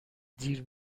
دیر